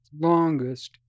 longest